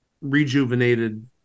rejuvenated